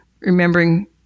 remembering